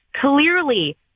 Clearly